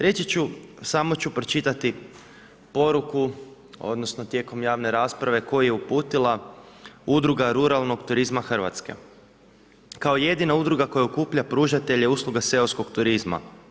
Reći ću, samo ću pročitati poruku odnosno tijekom javne rasprave koju je uputila Udruga ruralnog turizma Hrvatske kao jedina udruga koja okuplja pružatelje usluga seoskog turizma.